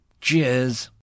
Cheers